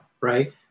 right